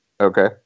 Okay